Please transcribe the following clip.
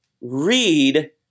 read